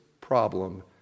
problem